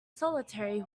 solitary